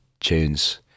tunes